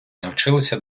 навчилися